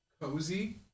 cozy